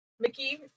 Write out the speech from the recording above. Mickey